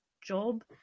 job